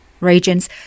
regions